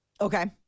Okay